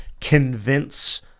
convince